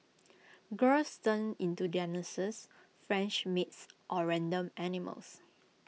girls turn into their nurses French maids or random animals